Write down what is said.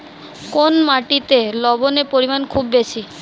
কোন মাটিতে লবণের পরিমাণ খুব বেশি?